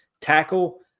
tackle